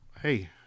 hey